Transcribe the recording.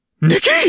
Nikki